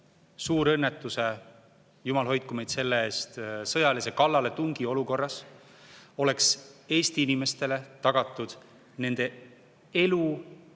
suurõnnetuse või – jumal hoidku meid selle eest! – sõjalise kallaletungi olukorras oleks Eesti inimestele tagatud nende elu